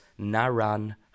naran